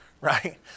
Right